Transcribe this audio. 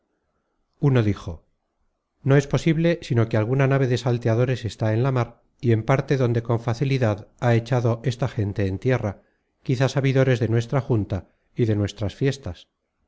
uno dijo no es posible sino que alguna nave de salteadores está en la mar y en parte donde con facilidad ha echado esta gente en tierra quizá sabidores de nuestra junta y de nuestras fiestas